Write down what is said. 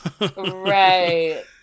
right